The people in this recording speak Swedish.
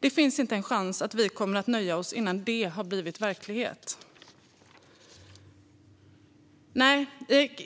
Det finns inte en chans att vi kommer att nöja oss innan det har blivit verklighet. Nej,